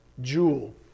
jewel